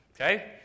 okay